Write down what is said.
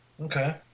Okay